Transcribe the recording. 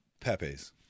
Pepe's